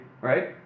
right